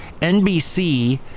NBC